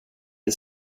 det